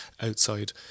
outside